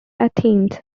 athens